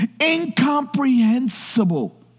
incomprehensible